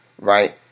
right